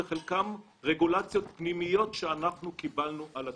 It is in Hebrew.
חלקם רגולציות פנימיות שאנחנו קיבלנו על עצמנו.